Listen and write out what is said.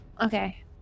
Okay